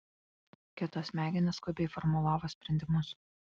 kito smegenys skubiai formulavo sprendimus